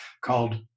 called